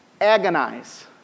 Agonize